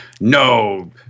no